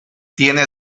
tiene